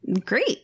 great